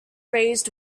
raised